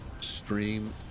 stream